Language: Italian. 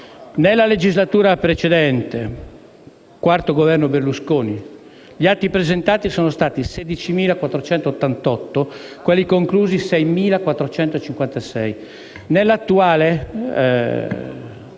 nella legislatura precedente, con il quarto Governo Berlusconi, gli atti presentati sono stati 16.488 e quelli conclusi 6.456;